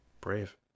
Brave